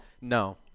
No